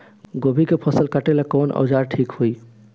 गोभी के फसल काटेला कवन औजार ठीक होई?